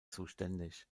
zuständig